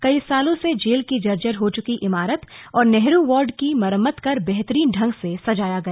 कई सालों से जेल की जर्जर हो चुकी इमारत और नेहरू वार्ड की मरम्मत कर बेहतरीन ढंग से सजाया गया